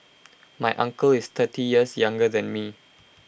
my uncle is thirty years younger than me